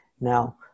Now